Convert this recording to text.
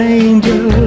angel